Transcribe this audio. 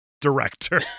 director